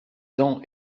dents